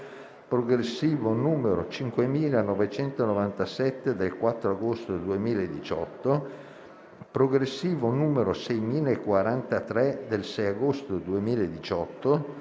progressivo n. 5997 del 4 agosto 2018, progressivo n. 6043 del 6 agosto 2018,